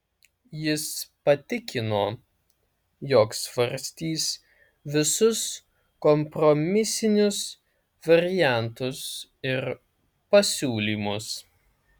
jis patikino jog svarstys visus kompromisinius variantus ir pasiūlymus